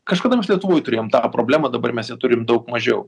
kažkada mes lietuvoj turėjom tą problemą dabar mes ją turim daug mažiau